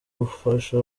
gufasha